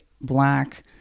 black